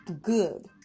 good